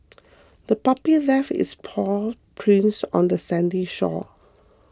the puppy left its paw prints on the sandy shore